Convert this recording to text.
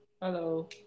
Hello